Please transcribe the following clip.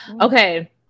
Okay